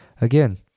Again